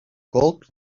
gold